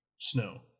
snow